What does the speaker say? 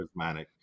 charismatic